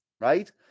right